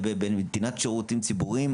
בנתינת שירותים ציבוריים,